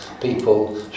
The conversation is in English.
people